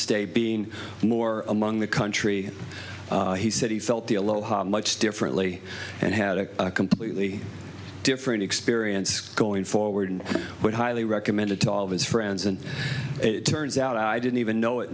state being more among the country he said he felt the aloha much differently and had a completely different experience going forward with highly recommended to all of his friends and it turns out i didn't even know it